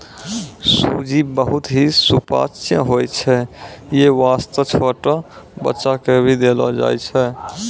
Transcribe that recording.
सूजी बहुत हीं सुपाच्य होय छै यै वास्तॅ छोटो बच्चा क भी देलो जाय छै